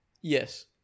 Yes